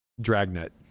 Dragnet